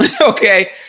okay